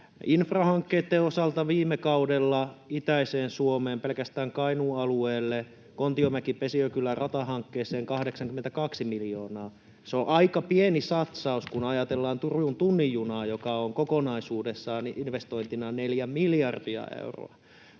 Infrahankkeitten osalta tuli viime kaudella itäiseen Suomeen pelkästään Kainuun alueelle, Kontiomäki—Pesiökylä-ratahankkeeseen, 82 miljoonaa. Se on aika pieni satsaus, kun ajatellaan Turun tunnin junaa, joka on kokonaisuudessaan investointina neljä miljardia euroa.